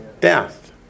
death